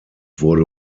wurde